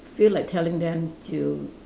feel like telling them to